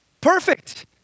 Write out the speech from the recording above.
perfect